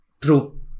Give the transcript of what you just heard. True